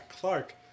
Clark